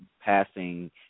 passing